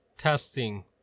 testing